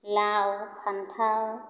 लाव फान्थाव